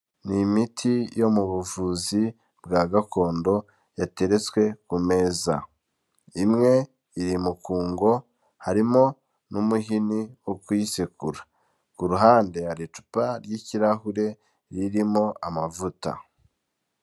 Ni imiti yo mu buvuzi bwa gakondo yateretswe ku meza, imwe iri mukungo, harimo n'umuhini wo kuyisekura, ku ruhande hari icupa ry'ikirahure ririmo amavuta.